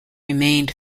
remained